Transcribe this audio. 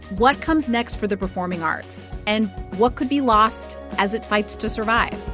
what comes next for the performing arts and what could be lost as it fights to survive